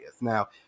Now